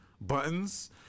buttons